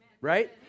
right